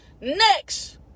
next